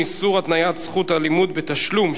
איסור התניית זכות הלימוד בתשלום),